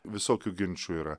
visokių ginčų yra